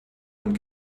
und